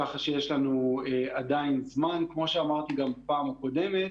כך שיש לנו עדיין זמן, כמו שאמרתי גם בפעם הקודמת.